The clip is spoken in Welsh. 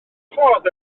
ffordd